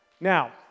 Now